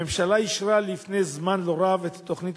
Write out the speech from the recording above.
הממשלה אישרה לפני זמן לא רב את תוכנית